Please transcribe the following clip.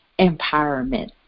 empowerment